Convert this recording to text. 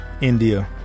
India